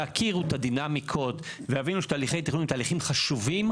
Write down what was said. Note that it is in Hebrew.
יכירו את הדינמיקות ויבינו שתהליכי תכנון הם תהליכים חשובים,